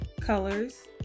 colors